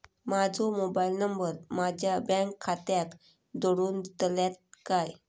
माजो mobile number माझ्या bank खात्याक जोडून दितल्यात काय?